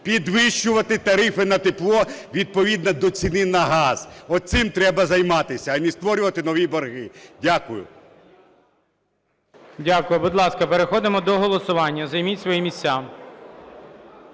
підвищувати тарифи на тепло відповідно до ціни на газ. Оцим треба займатися, а не створювати нові борги. Дякую. ГОЛОВУЮЧИЙ. Дякую. Будь ласка, переходимо до голосування, займіть свої місця.